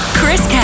Chris